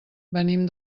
venim